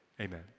Amen